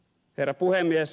herra puhemies